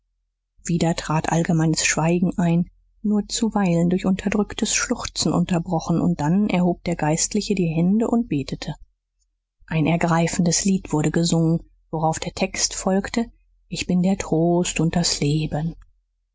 wieder trat allgemeines schweigen ein nur zuweilen durch unterdrücktes schluchzen unterbrochen und dann erhob der geistliche die hände und betete ein ergreifendes lied wurde gesungen worauf der text folgte ich bin der trost und das leben